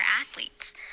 athletes